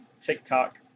tiktok